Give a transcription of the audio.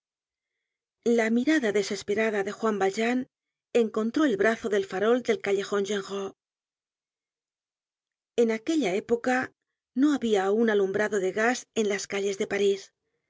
la mirada desesperada d juan valjean encontró el brazo del farol del callejon genrot en aquella época no habla aun alumbrado de gas eu las calles de parís al